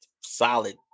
solid